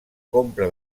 compra